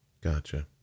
gotcha